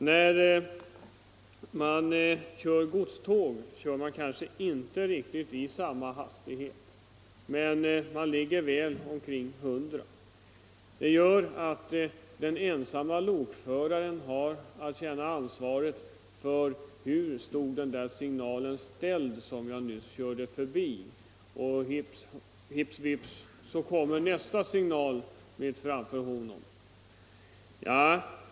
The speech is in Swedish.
När man kör godståg håller man kanske inte riktigt samma hastighet, men man ligger väl omkring 100 km/tim. Det gör att när den ensamme lokföraren som har att bära ansvaret frågar sig: Hur var den där signalen ställd som jag nyss körde förbi? så står vips nästa signal mitt framför honom.